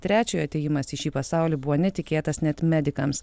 trečiojo atėjimas į šį pasaulį buvo netikėtas net medikams